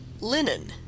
Linen